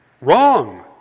Wrong